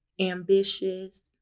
ambitious